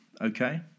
Okay